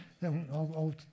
No